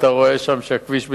ואתה רואה שם שהכביש בתיקון,